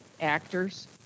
actors